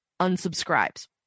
unsubscribes